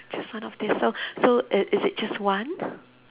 just one of these so so i~ is it just one